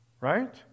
right